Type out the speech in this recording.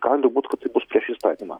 gali būt kad bus prieš įstatymą